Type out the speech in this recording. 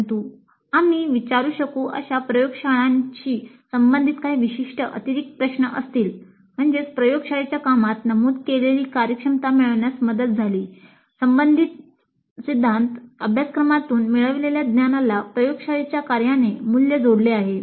परंतु आम्ही विचारू शकू अशा प्रयोगशाळांशी संबंधित काही विशिष्ट अतिरिक्त प्रश्न असतीलः "प्रयोगशाळेच्या कामात नमूद केलेली कार्यक्षमता मिळविण्यात मदत झालीका " "संबंधित सिद्धांत अभ्यासक्रमातून मिळवलेल्या ज्ञानाला प्रयोगशाळेच्या कार्याने मूल्य जोडले आहे का